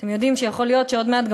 אתם יודעים שיכול להיות שעוד מעט גם